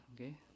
okay